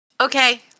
Okay